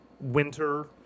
Winter